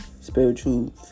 spiritual